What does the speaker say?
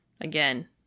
again